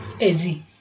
Easy